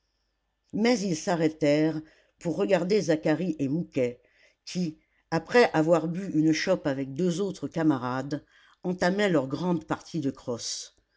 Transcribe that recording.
mais ils s'arrêtèrent pour regarder zacharie et mouquet qui après avoir bu une chope avec deux autres camarades entamaient leur grande partie de crosse